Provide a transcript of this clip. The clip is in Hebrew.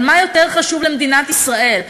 על מה יותר חשוב למדינת ישראל,